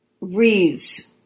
reads